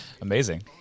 amazing